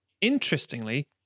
interestingly